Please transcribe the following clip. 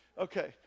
okay